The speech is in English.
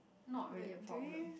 not really a problem